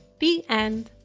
the end.